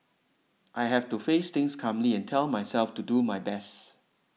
I have to face things calmly and tell myself to do my best